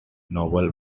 novel